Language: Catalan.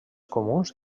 comuns